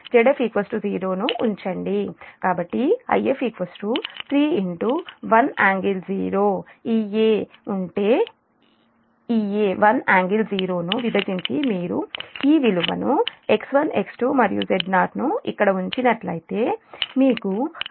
కాబట్టిIf 3 1∟0 Ea ఉంటే Ea 1∟0 ను విభజించి మీరు ఈ విలువ X1 X2 మరియు Z0 ను ఇక్కడ ఉంచినట్లయితే మీకు If 9